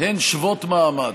הן שוות מעמד,